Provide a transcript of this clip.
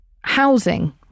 housing